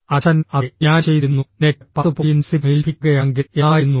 അച്ഛൻഃ അതെ ഞാൻ ചെയ്തിരുന്നു നിനയ്ക്ക് 10 പോയിന്റ് സിപിഐ ലഭിക്കുകയാണെങ്കിൽ എന്നായിരുന്നു